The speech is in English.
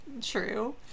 true